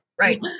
Right